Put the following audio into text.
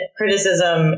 criticism